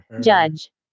Judge